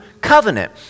covenant